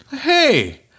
Hey